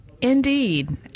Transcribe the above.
indeed